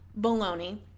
baloney